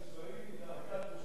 נכון.